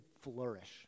flourish